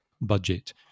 budget